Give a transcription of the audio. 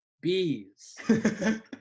Bees